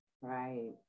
Right